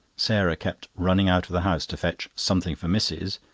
sarah kept running out of the house to fetch something for missis,